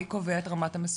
מי קובע את רמת המסוכנות?